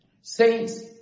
Saints